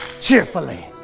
cheerfully